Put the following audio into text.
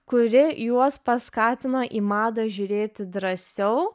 kuri juos paskatino į madą žiūrėti drąsiau